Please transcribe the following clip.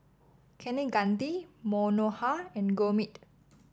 Kaneganti Manohar and Gurmeet